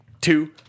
two